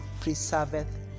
preserveth